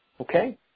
Okay